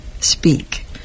speak